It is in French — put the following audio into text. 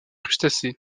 crustacés